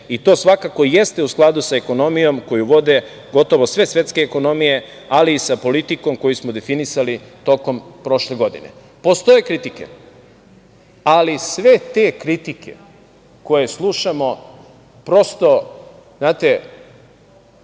i to svakako jeste u skladu sa ekonomijom koju vode gotovo sve svetske ekonomije, ali i sa politikom koju smo definisali tokom prošle godine. Postoje kritike, ali sve te kritike koje slušamo prosto